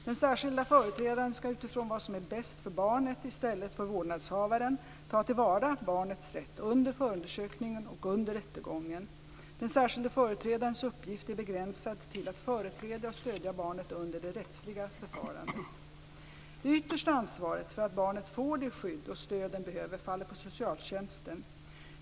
Den särskilda företrädaren ska utifrån vad som är bäst för barnet i stället för vårdnadshavaren ta till vara barnets rätt under förundersökningen och under rättegången. Den särskilda företrädarens uppgifter är begränsade till att företräda och stödja barnet under det rättsliga förfarandet. Det yttersta ansvaret för att barnet får det skydd och stöd det behöver faller på socialtjänsten.